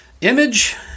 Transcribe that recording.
Image